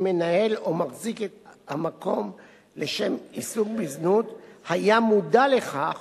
מנהל או מחזיק המקום לשם עיסוק בזנות היה מודע לכך